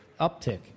uptick